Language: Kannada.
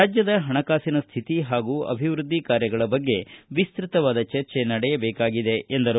ರಾಜ್ಯದ ಹಣಕಾಸಿನ ಸ್ಕಿತಿ ಹಾಗೂ ಅಭಿವೃದ್ಧಿ ಕಾರ್ಯಗಳ ಬಗ್ಗೆ ವಿಸ್ತತವಾದ ಚರ್ಚೆ ನಡೆಯಬೇಕಾಗಿದೆ ಎಂದರು